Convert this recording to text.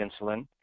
insulin